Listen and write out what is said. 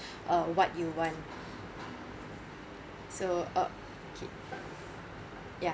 uh what you want so okay ya